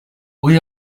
hui